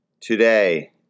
Today